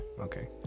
Okay